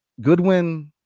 Goodwin